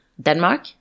Denmark